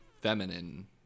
feminine